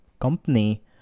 company